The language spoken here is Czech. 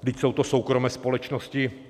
Vždyť jsou to soukromé společnosti.